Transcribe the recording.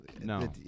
No